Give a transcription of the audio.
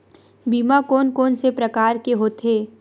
बीमा कोन कोन से प्रकार के होथे?